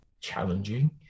challenging